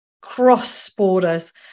cross-borders